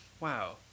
wow